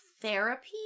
therapy